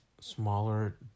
smaller